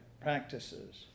practices